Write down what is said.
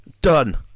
Done